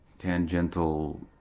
Tangential